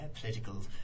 political